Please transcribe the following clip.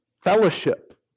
Fellowship